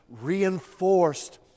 reinforced